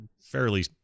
fairly